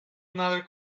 another